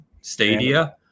Stadia